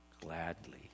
gladly